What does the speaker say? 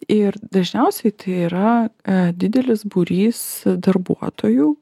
ir dažniausiai tai yra didelis būrys darbuotojų